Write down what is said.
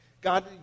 God